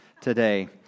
today